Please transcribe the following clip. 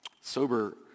Sober